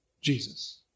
Jesus